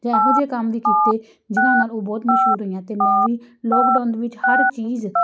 ਅਤੇ ਇਹੋ ਜਿਹੇ ਕੰਮ ਵੀ ਕੀਤੇ ਜਿਨ੍ਹਾਂ ਨਾਲ਼ ਉਹ ਬਹੁਤ ਮਸ਼ਹੂਰ ਹੋਈਆਂ ਅਤੇ ਮੈਂ ਵੀ ਲੋਕਡਾਊਨ ਵਿੱਚ ਹਰ ਚੀਜ਼